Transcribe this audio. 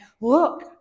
look